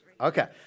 okay